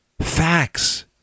Facts